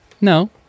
no